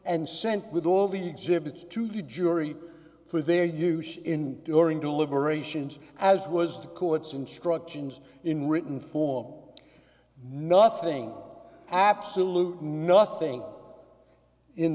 and sent with all the exhibits to the jury for their use in during deliberations as was the court's instructions in written form nothing absolutely nothing in